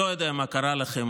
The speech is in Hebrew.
לא יודע מה קרה לכם.